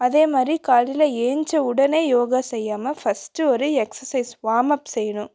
அதே மாதிரி காலையில் ஏழுஞ்ச உடனே யோகா செய்யாமல் ஃபஸ்ட்டு ஒரு எக்சசைஸ் வாமப் செய்யணும்